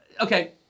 okay